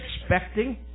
expecting